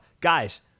guys